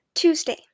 Tuesday